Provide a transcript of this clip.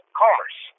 commerce